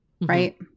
Right